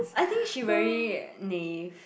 I think she very naive